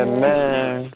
Amen